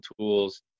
tools